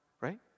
right